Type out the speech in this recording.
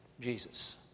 Jesus